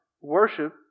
worship